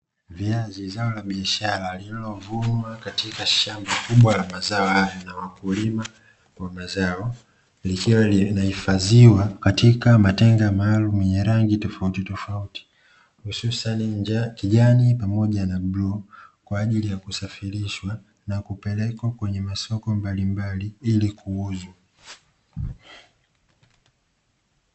Viazi; zao la biashara lililovunwa katika shamba kubwa la mazao hayo na wakulima wa mazao, likiwa liimehifadhiwa katika matenga maalumu ya rangi tofautitofauti hususa ni kijani pamoja na bluu, kwa ajili ya kusafirishwa na kupelekwa kwenye masoko mbalimbali ili kuuzwa.